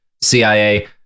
cia